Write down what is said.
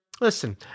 listen